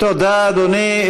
תודה, אדוני.